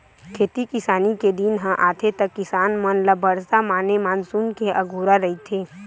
खेती किसानी के दिन ह आथे त किसान मन ल बरसा माने मानसून के अगोरा रहिथे